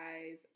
guys